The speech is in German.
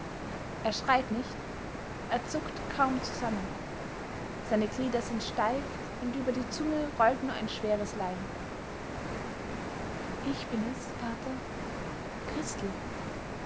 er schreit nicht er zuckt kaum zusammen seine glieder sind steif und über die zunge rollt nur ein schweres lallen ich bin es vater christel